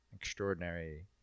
extraordinary